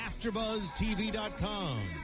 AfterBuzzTV.com